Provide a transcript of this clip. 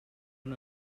una